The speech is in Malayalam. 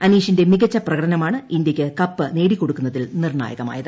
അനീഷിന്റെ മികച്ച പ്രകടനമാണ് ഇന്ത്യക്ക് കപ്പ് നേടിക്കൊടുക്കുന്നതിൽ നിർണ്ണായകമായത്